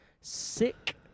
Sick